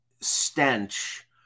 stench